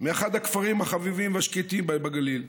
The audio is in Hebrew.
מאחד הכפרים החביבים והשקטים בגליל,